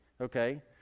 okay